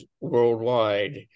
worldwide